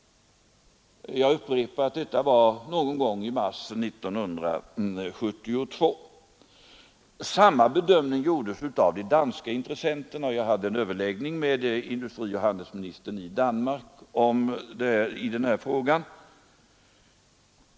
Jag upprepar att detta hände någon gång i mars 1972. Samma bedömning gjordes av de danska intressenterna, och jag hade en överläggning med industrioch handelsministern i Danmark i denna fråga.